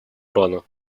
урана